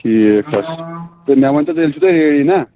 ٹھیٖک حظ چھُ تہٕ مےٚ ؤنۍتو تیٚلہِ چھُو تُہۍ رٮ۪ڈی نا